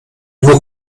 nur